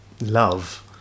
love